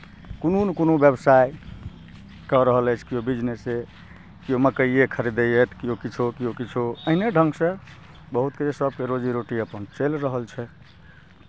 कोनो नहि कोनो व्यवसाय कऽ रहल अछि किओ बिजनेसे किओ मक्कइए खरीदैए तऽ किओ किछो किओ किछो एहिने ढङ्गसँ बहुतके सभके रोजी रोटी अपन चलि रहल छै